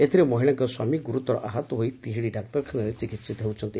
ଏଥିରେ ମହିଳାଙ୍କ ସ୍ୱାମୀ ଗୁରୁତର ଆହତ ହୋଇ ତିହିଡି ଡାକ୍ତରଖାନାରେ ଚିକିହିତ ହେଉଛନ୍ତି